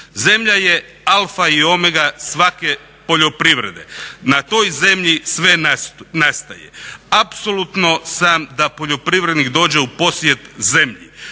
Zemlja je alfa i omega svake poljoprivrede. Na toj zemlji sve nastaje. Apsolutno sam da poljoprivrednik dođe u posjed zemlji.